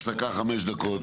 הפסקה חמש דקות,